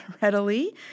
readily